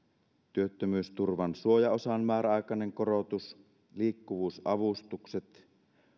työttömyysturvan suojaosan määräaikainen korotus liikkuvuusavustukset